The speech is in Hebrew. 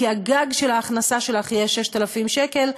כי הגג של ההכנסה שלך יהיה 6,000 שקל,